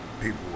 people